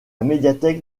médiathèque